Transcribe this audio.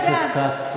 חבר הכנסת כץ.